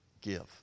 give